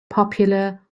popular